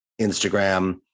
Instagram